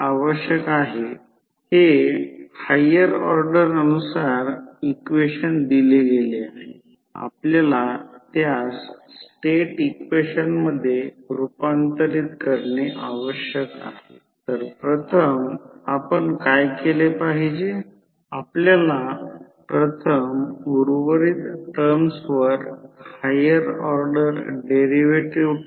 तर हे होईल हा रियल पार्ट आहे आणि हा इमॅजिनरी पार्ट आहे हा कोर लॉस कॉम्पोनेंट करंट आहे आणि हा करंटच्या मॅग्नेटायसिंग कॉम्पोनेंटमधील इमॅजिनरी पार्ट आहे